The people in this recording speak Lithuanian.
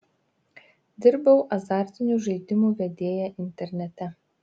dirbau azartinių žaidimų vedėja internete